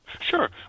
Sure